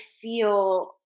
feel